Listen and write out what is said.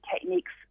techniques